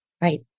Right